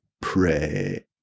pray